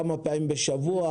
כמה פעמים בשבוע,